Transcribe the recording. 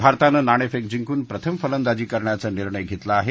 भारतानं नाणेफेक जिंकून प्रथम फलंदाजी करण्याचा निर्णय घेतला आहे